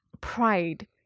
pride